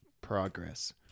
progress